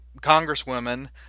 congresswomen